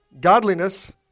godliness